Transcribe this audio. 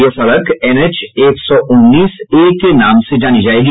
यह सड़क एनएच एक सौ उन्नीस ए के नाम से जाना जायेगा